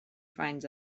finds